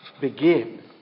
begin